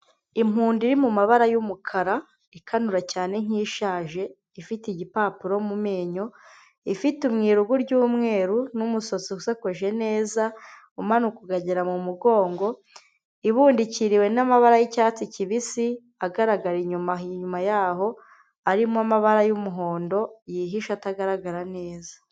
Impundu iri mu mabara y'umukara ikanura cyane nk'ishaje ifite igipapuro mu menyo. Ifite mu irugu ry'umweru n'umusatsi usokoje neza umanuka ukagera mu mugongo. Ibundikiriwe n'amabara y'icyatsi kibisi agaragara inyuma inyuma yaho arimo amabara y'umuhondo yihishe atagaragara neza.